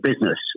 business